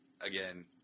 again